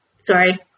Sorry